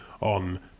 on